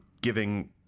giving